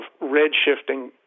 red-shifting